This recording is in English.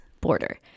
border